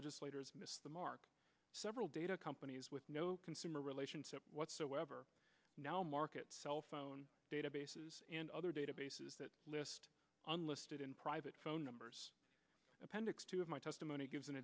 legislators missed the mark several data companies with no consumer relationship whatsoever now market cell phone databases and other databases that list unlisted in private phone numbers appendix two of my testimony gives an